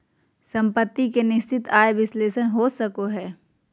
सम्पत्ति के निश्चित आय विश्लेषण हो सको हय